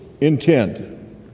intent